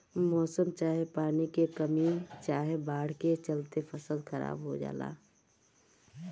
मौसम चाहे पानी के कमी चाहे बाढ़ के चलते फसल खराब हो जला